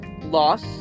Loss